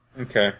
Okay